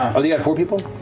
oh, you had four people?